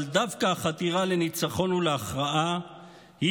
אבל דווקא החתירה לניצחון ולהכרעה היא